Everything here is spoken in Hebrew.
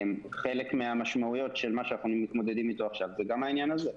חלק מהמשמעויות של מה שאנחנו מתמודדים אתו עכשיו זה גם העניין הזה.